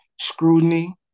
scrutiny